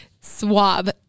swab